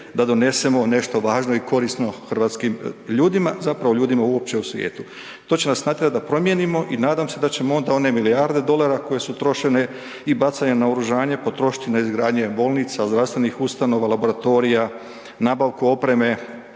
da donesemo nešto važno i korisno hrvatskim ljudima, zapravo ljudima uopće u svijetu. To će nas natjerat da promijenimo i nadam se da ćemo onda one milijarde dolara koje su trošene i bacanje na oružanje potrošiti na izgradnje bolnica, zdravstvenih ustanova, laboratorija, nabavku opreme